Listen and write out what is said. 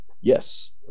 Yes